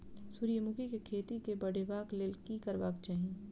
सूर्यमुखी केँ खेती केँ बढ़ेबाक लेल की करबाक चाहि?